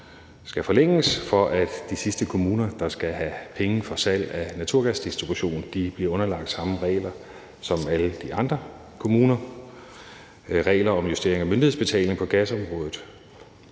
som skal forlænges, for at de sidste kommuner, der skal have penge for salg af naturgasdistribution, bliver underlagt samme regler som alle de andre kommuner, og reglerne om justering af myndighedsbetaling på gasområdet.